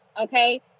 okay